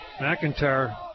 McIntyre